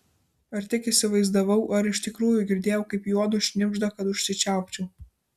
ar tik įsivaizdavau ar iš tikrųjų girdėjau kaip juodu šnibžda kad užsičiaupčiau